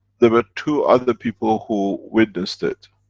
there were two other people who witnessed it.